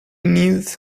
needs